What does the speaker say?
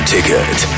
Ticket